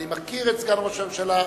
אני מכיר את סגן ראש הממשלה,